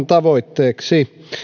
tavoitteeksi